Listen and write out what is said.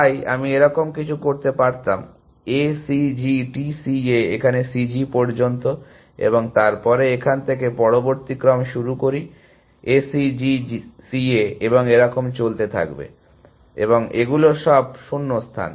তাই আমি এরকম কিছু করতে পারতাম A C G T C A এখানে C G পর্যন্ত এবং তারপরে এখান থেকে পরবর্তী ক্রম শুরু করি A C G C A এবং এরকম চলতে থাকবে এবং এগুলো সব শূন্যস্থান